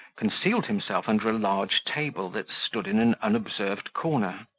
concealed himself under a large table that stood in an unobserved corner.